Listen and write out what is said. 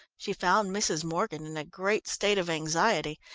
she found mrs. morgan in a great state of anxiety,